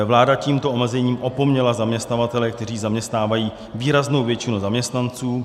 Vláda tímto omezením opomněla zaměstnavatele, kteří zaměstnávají výraznou většinu zaměstnanců.